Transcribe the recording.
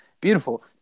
beautiful